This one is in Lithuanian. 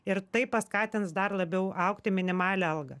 ir tai paskatins dar labiau augti minimalią algą